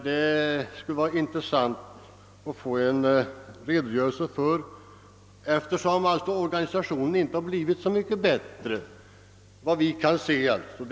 Det skulle vara intressant att få en redogörelse för det. Organisationen har ju inte blivit så mycket bättre, efter vad vi kan se.